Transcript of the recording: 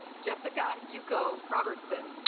jessica yuko robertson